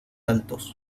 altos